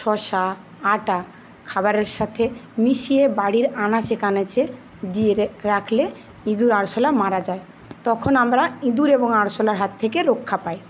শসা আটা খাবারের সাথে মিশিয়ে বাড়ির আনাচে কানাচে দিয়ে রাখলে ইঁদুর আরশোলা মারা যায় তখন আমরা ইঁদুর এবং আরশোলার হাত থেকে রক্ষা পাই